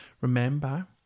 Remember